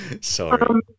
Sorry